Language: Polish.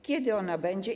Kiedy ona będzie?